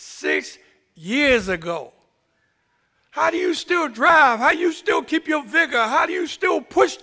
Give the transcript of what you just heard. six years ago how do you still drive how you still keep your vigor how do you still push